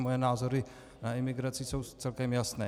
Moje názory na imigraci jsou celkem jasné.